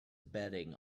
betting